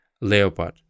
Leopard